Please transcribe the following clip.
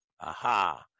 Aha